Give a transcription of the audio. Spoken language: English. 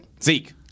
Zeke